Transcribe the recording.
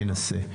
אנסה.